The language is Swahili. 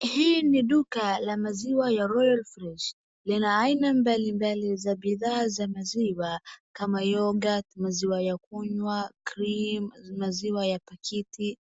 Hii ni duka la maziwa ya Royal Fresh lina aina mbalimbali za bidhaa za maziwa kama yoghurt , maziwa ya kunywa, cream , maziwa ya pakiti,